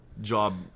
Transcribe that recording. job